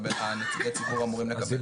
נציגי ציבור אמורים לקבל --- אז אם